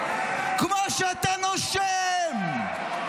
כמו שאתה נושם.